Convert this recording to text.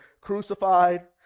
crucified